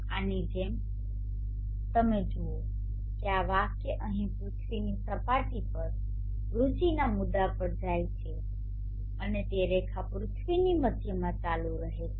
આની જેમ તમે જુઓ છો કે આ વાક્ય અહીં પૃથ્વીની સપાટી પર રુચિના મુદ્દા પર જાય છે અને તે રેખા પૃથ્વીની મધ્યમાં ચાલુ રહે છે